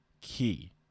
key